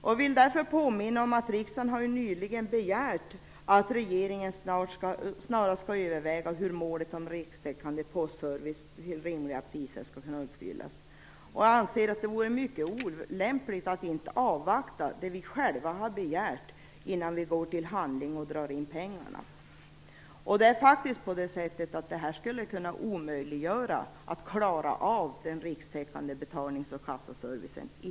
Jag vill därför påminna om att riksdagen nyligen har begärt att regeringen snarast skall överväga hur målet en rikstäckande postservice till rimliga priser skall kunna uppfyllas. Jag anser att det skulle vara mycket olämpligt att inte avvakta det som vi själva har begärt innan vi går till handling och drar in pengarna. Detta skulle faktiskt kunna omöjliggöra för Posten att klara av den rikstäckande betalnings och kassaservicen.